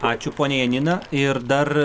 ačiū ponia janina ir dar